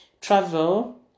travel